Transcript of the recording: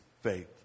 faith